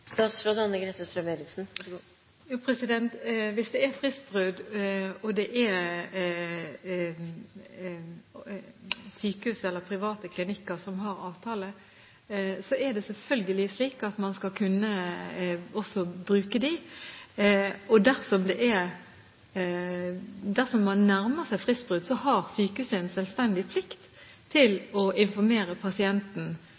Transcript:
Hvis det er fristbrudd og det er private klinikker som har avtale, er det selvfølgelig slik at man også skal kunne bruke dem. Dersom man nærmer seg fristbrudd, har sykehuset en selvstendig plikt